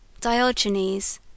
diogenes